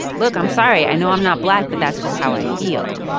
look, i'm sorry i know i'm not black, but that's just how i feel.